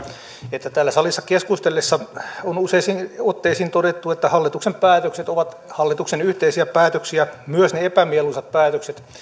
että täällä salissa keskustellessa on useisiin otteisiin todettu että hallituksen päätökset ovat hallituksen yhteisiä päätöksiä myös ne epämieluisat päätökset